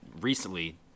recently